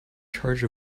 charge